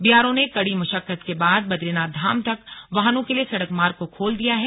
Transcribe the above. BRO ने कड़ी मशक्कत के बाद बदरीनाथ धाम तक वाहनों के लिए सड़क मार्ग को खोल दिया है